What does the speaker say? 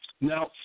Now